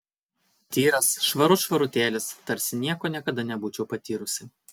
tyras švarut švarutėlis tarsi nieko niekada nebūčiau patyrusi